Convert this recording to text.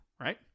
right